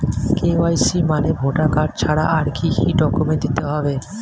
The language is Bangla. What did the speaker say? কে.ওয়াই.সি মানে ভোটার কার্ড ছাড়া আর কি কি ডকুমেন্ট দিতে হবে?